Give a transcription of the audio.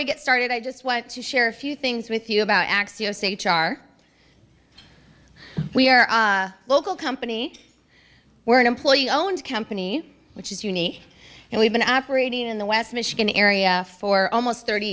we get started i just want to share a few things with you about x yes h r we are local company we're an employee owned company which is unique and we've been operating in the west michigan area for almost thirty